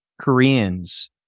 Koreans